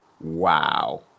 Wow